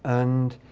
and